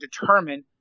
determine